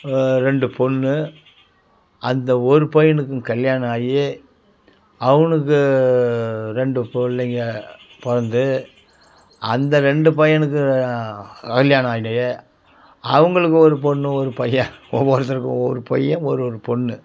ரெண்டு பொண்ணு அந்த ஒரு பையனுக்கும் கல்யாணம் ஆகி அவனுக்கு ரெண்டு பிள்ளைங்க பிறந்து அந்த ரெண்டு பையனுக்கும் கல்யாணம் ஆயிட்டு அவங்களுக்கு ஒரு பொண்ணு ஒரு பையன் ஒவ்வொருத்தருக்கும் ஒவ்வொரு பையன் ஒரு ஒரு பொண்ணு